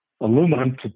aluminum